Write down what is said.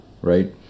right